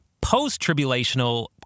post-tribulational